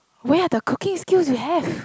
where are the cooking skills you have